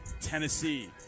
Tennessee